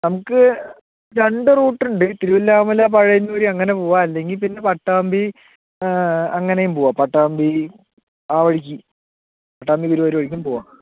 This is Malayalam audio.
നമക്ക് രണ്ട് റൂട്ട് ഉണ്ട് തിരുവല്ലാമല പയ്യന്നൂര് അങ്ങനെ പോകാം അല്ലെങ്കിൽ പിന്നെ പട്ടാമ്പി അങ്ങനെയും പോകാം പട്ടാമ്പി ആ വഴിക്ക് പട്ടാമ്പി ഗുരുവായൂര് വഴിക്കും പോകാം